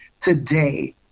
today